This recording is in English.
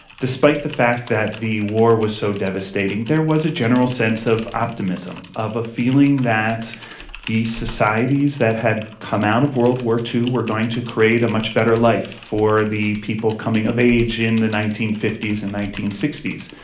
despite the fact that the war was so devastating there was a general sense of optimism, of a feeling that these societies that had come out of world war ii were going to create a much better life for the people coming of age in the nineteen fifty s and nineteen sixty s.